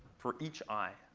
for each i,